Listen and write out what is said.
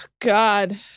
God